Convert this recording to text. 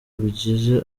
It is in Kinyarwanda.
bigize